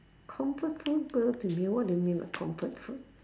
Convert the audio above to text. comfort food go to meal what do you mean by comfort food